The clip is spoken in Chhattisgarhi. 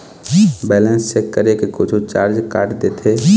बैलेंस चेक करें कुछू चार्ज काट देथे?